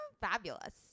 Fabulous